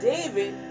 David